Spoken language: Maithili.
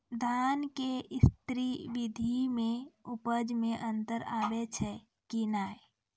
धान के स्री विधि मे उपज मे अन्तर आबै छै कि नैय?